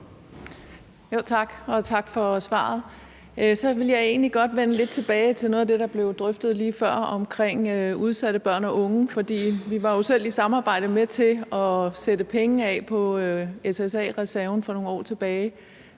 godt vende lidt tilbage til noget af det, der blev drøftet lige før omkring udsatte børn og unge. For vi var jo selv i et samarbejde med til at sætte penge af på SSA-reserven for nogle år tilbage